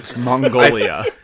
Mongolia